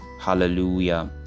hallelujah